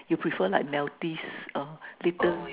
you prefer like Maltese uh little